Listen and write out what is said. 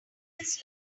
lungs